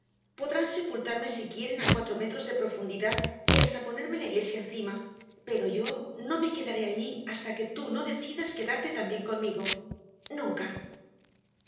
podrán sepultarme si quieren a cuatro metros de profundidad y hasta ponerme la iglesia encima pero yo no me quedaré allí hasta que tú no decidas quedarte también conmigo nunca